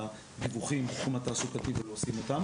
לדיווחים בתחום התעסוקתי ולא עושים אותם.